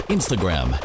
Instagram